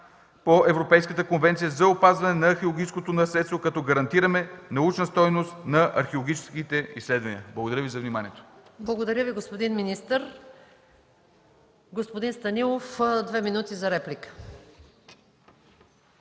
по Европейската конвенция за опазване на археологическото наследство, като гарантираме научна стойност на археологическите изследвания. Благодаря Ви за вниманието. ПРЕДСЕДАТЕЛ МАЯ МАНОЛОВА: Благодаря Ви, господин министър. Господин Станилов – две минути за реплика.